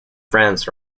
france